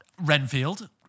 Renfield